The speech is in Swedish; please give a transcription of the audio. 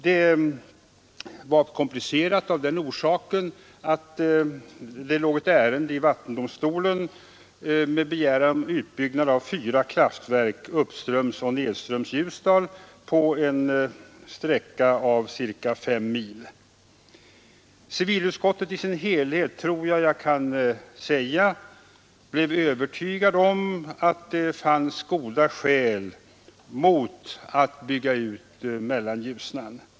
Frågan var komplicerad av den orsaken att det låg ett ärende i vattendomstolen som gällde begäran om utbygnad av fyra kraftverk uppströms och nedströms Ljusdal på en sträcka av ca 5 mil. Civilutskottet i sin helhet blev — det tror jag att jag kan säga — övertygat om att det fanns goda skäl mot att bygga ut Mellanljusnan.